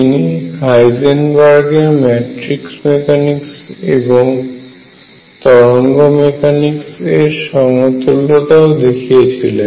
তিনি হাইজেনবার্গের matrix mechanics এবং তরঙ্গ মেকানিক্স এর সঙ্গে সমতুল্যতাও দেখিয়ে ছিলেন